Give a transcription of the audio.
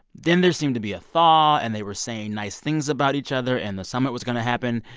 then there seemed to be a thaw, and they were saying nice things about each other, and the summit was going to happen.